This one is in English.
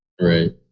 Right